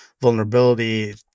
vulnerability